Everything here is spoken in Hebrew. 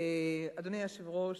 אדוני היושב-ראש,